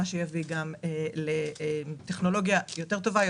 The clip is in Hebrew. מה שיביא לטכנולוגיה יותר טובה,